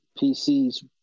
PCs